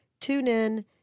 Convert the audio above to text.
TuneIn